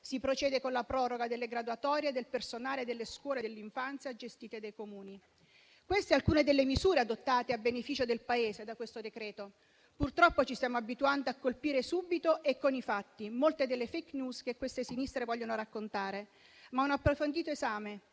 si procede con la proroga delle graduatorie del personale delle scuole dell'infanzia gestite dai Comuni. Queste alcune delle misure adottate a beneficio del Paese da questo decreto-legge. Purtroppo ci stiamo abituando a colpire subito e con i fatti molte delle *fake news* che queste sinistre vogliono raccontare, ma un approfondito esame